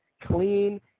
Clean